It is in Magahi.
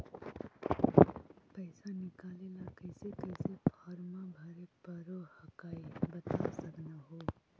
पैसा निकले ला कैसे कैसे फॉर्मा भरे परो हकाई बता सकनुह?